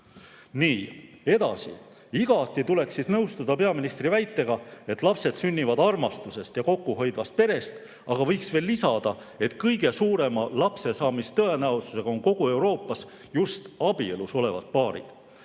Nii, edasi. Igati tuleks nõustuda peaministri väitega, et lapsed sünnivad armastusest ja kokkuhoidvast perest, aga võiks veel lisada, et kõige suurema lapsesaamise tõenäosusega on kogu Euroopas just abielus olevad paarid.